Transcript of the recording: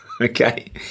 okay